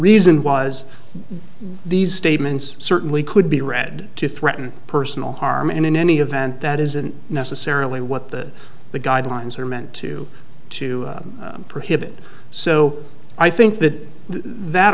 reason was these statements certainly could be read to threaten personal harm and in any event that isn't necessarily what the the guidelines are meant to to prohibit so i think that that